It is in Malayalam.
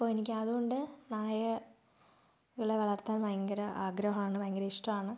അപ്പോൾ എനിക്ക് അതുകൊണ്ട് നായകളെ വളർത്താൻ ഭയങ്കര ആഗ്രഹമാണ് ഭയങ്കരിഷ്ടമാണ്